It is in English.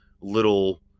little –